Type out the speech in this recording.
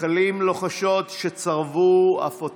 גחלים לוחשות שצרבו אף אותו.